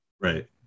right